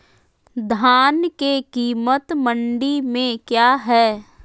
धान के कीमत मंडी में क्या है?